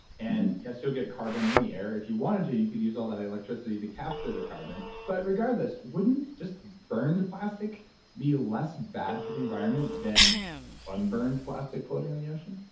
and yes, you'll get carbon in the air. if you wanted to, you could use all that electricity to capture the carbon but regardless, wouldn't just burning the plastic be less bad for the environment than unburned plastic floating in the ocean?